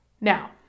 Now